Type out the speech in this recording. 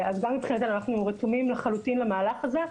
אז גם מבחינתנו אנחנו רתומים לחלוטין למהלך הזה,